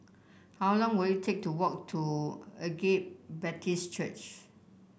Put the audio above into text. how long will it take to walk to Agape Baptist Church